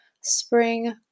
spring